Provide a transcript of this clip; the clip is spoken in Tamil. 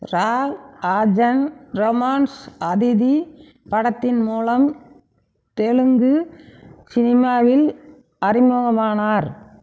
ராவ் ஆக்ஷன் ரொமான்ஸ் அதிதி படத்தின் மூலம் தெலுங்கு சினிமாவில் அறிமுகமானார்